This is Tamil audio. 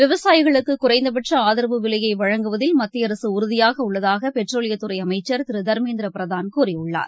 விவசாயிகளுக்குறைந்தபட்சஆதரவு விலையைழங்குவதில் மத்தியஅரசுஉறுதியாகஉள்ளதாகபெட்ரோலியத் துறைஅமைச்சர் திருதர்மேந்திரபிரதான் கூறியுள்ளார்